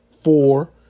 four